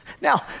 Now